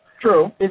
True